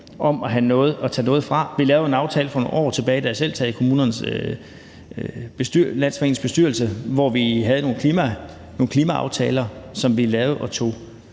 om at tage noget fra? Vi lavede en aftale for nogle år tilbage, da jeg selv sad i Kommunernes Landsforenings bestyrelse, hvor vi havde nogle klimaaftaler, som vi lavede og tog